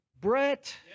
Brett